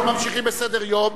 אנחנו ממשיכים בסדר-היום,